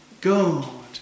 God